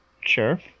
Sure